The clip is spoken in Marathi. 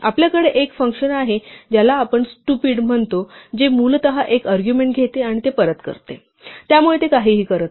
आपल्याकडे एक फंक्शन आहे ज्याला आपण स्टुपिड म्हणतो जे मूलत एक अर्ग्युमेण्ट घेते आणि ते परत करते त्यामुळे ते काहीही करत नाही